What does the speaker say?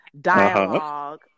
dialogue